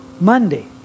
Monday